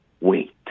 wait